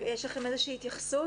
יש לכם איזה שהיא התייחסות?